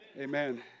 Amen